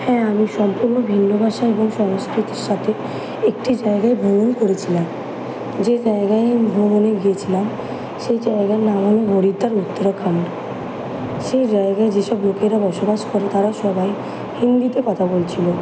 হ্যাঁ আমি সম্পূর্ণ ভিন্ন ভাষা এবং সংস্কৃতির সাথে একটি জায়াগায় ভ্রমণ করেছিলাম যে জায়গায় আমি ভ্রমণে গিয়েছিলাম সেই জায়গার নাম হল হরিদ্বার উত্তরাখন্ড সেই জায়গার যেসব লোকেরা বসবাস করে তারা সবাই হিন্দিতে কথা বলছিল